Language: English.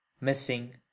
missing